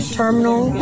terminal